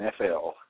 NFL